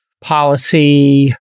policy